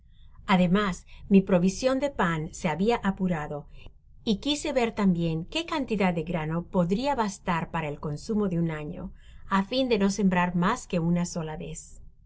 ademas mi provision de pao ta habia apurado y quise ver tambien qué cantidad de grano podria bastar para el consumo de un ano á fin de no sembrar mas que una sola vez